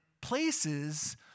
places